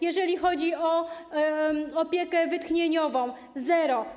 Jeżeli chodzi o opiekę wytchnieniową - zero.